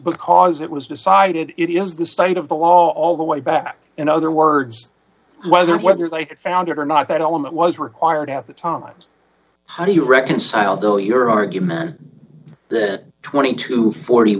because it was decided it is the state of the law all the way back in other words whether whether they found it or not at all and that was required at the times how do you reconcile though your argument that twenty to forty